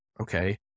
okay